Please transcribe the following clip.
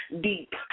Deep